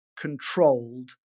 controlled